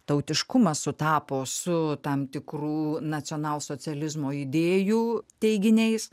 tautiškumas sutapo su tam tikrų nacionalsocializmo idėjų teiginiais